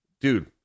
Dude